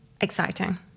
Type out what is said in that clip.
exciting